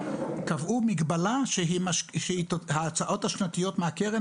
קבעו מגבלה שהיא ההוצאות השנתיות מהקרן